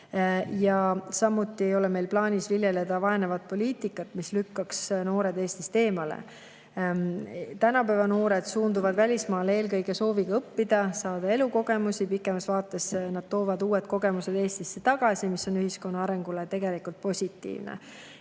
Samuti ei ole meil plaanis viljeleda vaenavat poliitikat, mis lükkaks noored Eestist eemale. Tänapäeva noored suunduvad välismaale eelkõige sooviga õppida, saada elukogemusi. Pikemas vaates nad toovad uued kogemused Eestisse tagasi, mis on ühiskonna arengu seisukohalt tegelikult positiivne.